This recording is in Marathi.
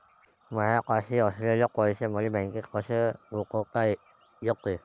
मायापाशी असलेले पैसे मले बँकेत कसे गुंतोता येते?